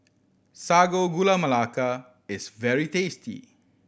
Sago Gula Melaka is very tasty